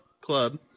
club